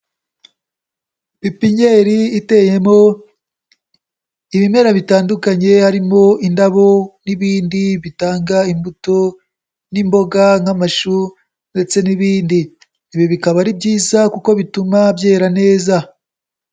Pipinyeri iteyemo ibimera bitandukanye harimo indabo n'ibindi bitanga imbuto n'imboga nk'amashu ndetse n'ibindi, ibi bikaba ari byiza kuko bituma byera neza.